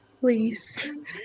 please